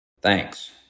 Thanks